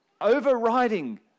overriding